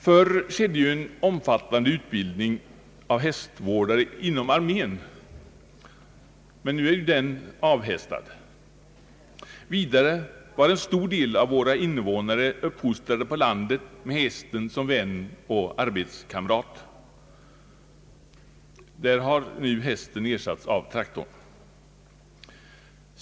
Förr skedde ju en omfattande utbildning av hästvårdare inom armén, som nu emellertid är avhästad. Vidare var en stor del av våra invånare uppfostrade på landet med hästen som vän och arbetskamrat. Där har nu hästen ersatts av traktorn.